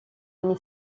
ogni